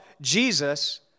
Jesus